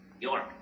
York